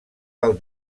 del